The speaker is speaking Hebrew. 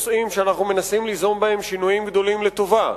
יש נושאים שאנחנו מנסים ליזום בהם שינויים גדולים לטובה.